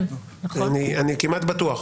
אני כמעט בטוח.